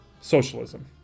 socialism